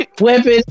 Weapon